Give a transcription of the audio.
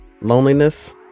loneliness